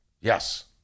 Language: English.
yes